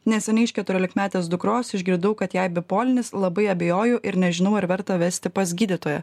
neseniai iš keturiolikmetės dukros išgirdau kad jai bipolinis labai abejoju ir nežinau ar verta vesti pas gydytoją